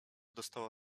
dostała